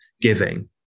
giving